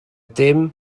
dim